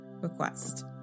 request